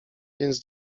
więc